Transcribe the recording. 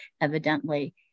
evidently